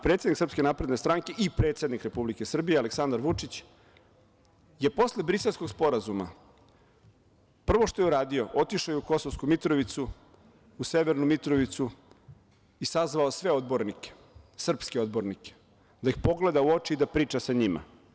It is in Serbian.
Predsednik SNS i predsednik Republike Srbije, Aleksandar Vučić, posle Briselskog sporazuma prvo što je uradio otišao je u Kosovsku Mitrovicu, u Severnu Mitrovicu i sazvao sve odbornike, srpske odbornike da ih pogleda u oči i da priča sa njima.